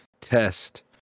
test